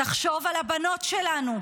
תחשוב על הבנות שלנו: